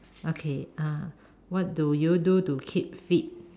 okay uh what do you do to keep fit